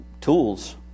tools